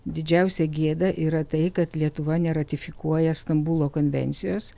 didžiausia gėda yra tai kad lietuva neratifikuoja stambulo konvencijos